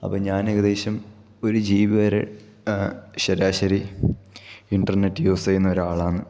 അപ്പോൾ ഞാൻ ഏകദേശം ഒരു ജി ബി വരെ ശരാശരി ഇന്റർനെറ്റ് യൂസ് ചെയ്യുന്ന ഒരാളാണ്